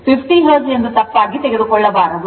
50 Hz ಎಂದು ತಪ್ಪಾಗಿ ತೆಗೆದುಕೊಳ್ಳ ಬಾರದು